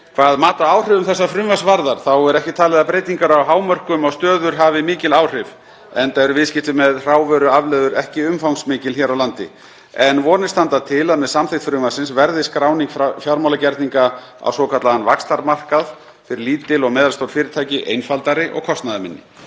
Hvað mat á áhrifum þessa frumvarps varðar þá er ekki talið að breytingar á hámörkum á stöður hafi mikil áhrif, enda eru viðskipti með hrávöruafleiður ekki umfangsmikil hér á landi. En vonir standa til að með samþykkt frumvarpsins verði skráning fjármálagerninga á svokallaðan vaxtarmarkað fyrir lítil og meðalstór fyrirtæki einfaldari og kostnaðarminni.